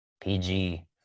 PG